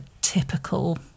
typical